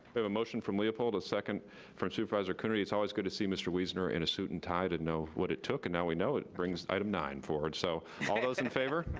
have a motion from leopold, a second from supervisor coonerty. it's always good to see mr. wiesner in a suit and tie, didn't know what it took and now we know, it brings item nine forward, so, all those in favor?